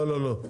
לא לא,